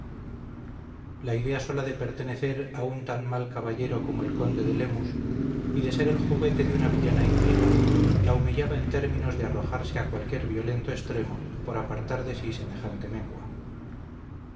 la idea sola de pertenecer a un tan mal caballero como el conde lemus y de ser el juguete de una villana intriga la humillaba en términos de arrojarse a cualquier violento extremo por apartar de sí semejante mengua